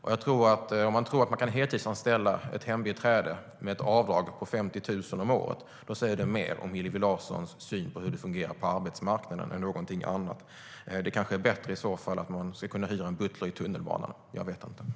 Om Hillevi Larsson tror att man kan heltidsanställa ett hembiträde med ett avdrag på 50 000 om året säger det mer om Hillevi Larssons syn på hur det fungerar på arbetsmarknaden än någonting annat. Det kanske är bättre i så fall att man ska kunna hyra en butler i tunnelbanan - jag vet inte.